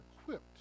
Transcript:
equipped